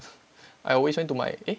I always went to my